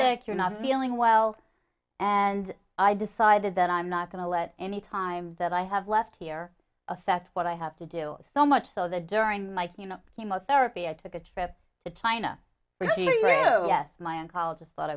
c you're not feeling well and i decided that i'm not going to let any time that i have left here affect what i have to do so much so that during my the most therapy i took a trip to china yes my oncologist thought